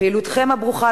פעילותכם הברוכה,